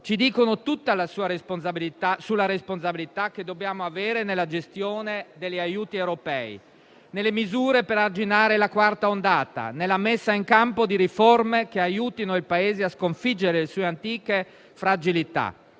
dicano tutto sulla responsabilità che dobbiamo avere nella gestione degli aiuti europei, nelle misure per arginare la quarta ondata, nella messa in campo di riforme che aiutino il Paese a sconfiggere le sue antiche fragilità,